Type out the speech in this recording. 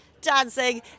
Dancing